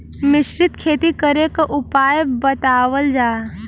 मिश्रित खेती करे क उपाय बतावल जा?